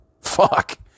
Fuck